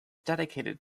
dedicated